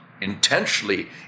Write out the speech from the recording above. intentionally